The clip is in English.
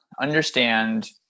Understand